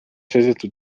seetõttu